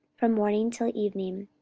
from morning till evening.